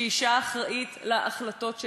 שאישה אחראית להחלטות שלה,